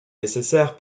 nécessaire